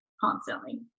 constantly